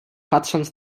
patrząc